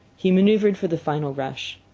he manoeuvred for the final rush.